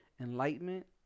enlightenment